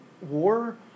war